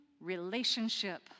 relationship